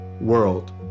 world